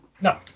No